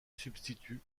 substitut